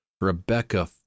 Rebecca